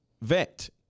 vet